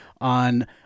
on